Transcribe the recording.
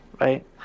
right